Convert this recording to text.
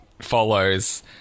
follows